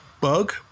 Bug